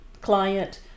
client